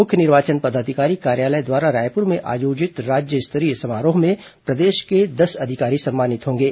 मुख्य निर्वाचन पदाधिकारी कार्यालय द्वारा रायपुर में ऑयोजित राज्य स्तरीय समारोह में प्रदेश के दस अधिकारी सम्मानित होंगे